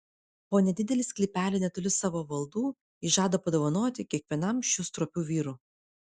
po nedidelį sklypelį netoli savo valdų ji žada padovanoti kiekvienam šių stropių vyrų